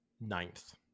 ninth